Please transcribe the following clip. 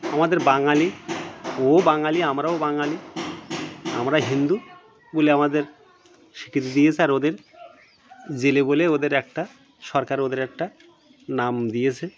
আমাদের বাঙালি ওও বাঙালি আমরাও বাঙালি আমরা হিন্দু বলে আমাদের স্বীকৃতি দিয়েছে আর ওদের জেলে বলে ওদের একটা সরকার ওদের একটা নাম দিয়েছে